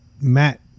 Matt